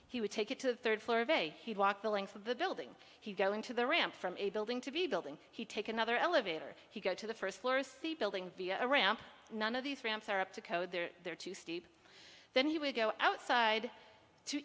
he would take it to the third floor of a he'd walk the length of the building he'd go into the ramp from a building to be building he take another elevator he go to the first floor see building via a ramp none of these ramps are up to code there are too steep then he would go outside to